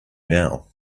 now